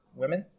women